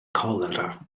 colera